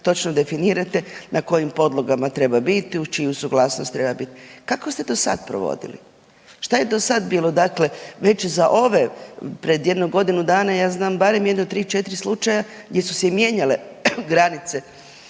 točno definirate na kojim podlogama treba biti, uz čiju suglasnost treba biti. Kako ste do sad provodili? Što je do sad bilo? Dakle, već i za ove pred jedno godinu dana ja znam barem jedno 3, 4 slučaja gdje su se mijenjale granice